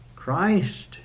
Christ